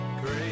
great